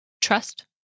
trust